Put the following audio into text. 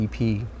EP